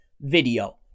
video